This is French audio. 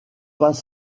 pas